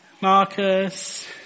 Marcus